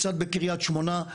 קצת בקרית שמונה,